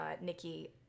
Nikki